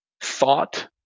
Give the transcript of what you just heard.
thought